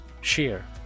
share